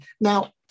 Now